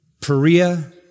Perea